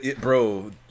bro